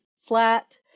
flat